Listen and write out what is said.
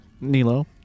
Nilo